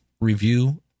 review